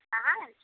कहाँ आयल छी